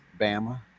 Bama